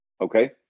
Okay